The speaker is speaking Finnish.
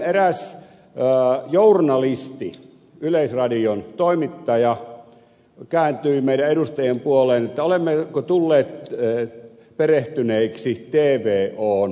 eräs journalisti yleisradion toimittaja kääntyi meidän edustajien puoleen että olemmeko tulleet perehtyneiksi tvon taseisiin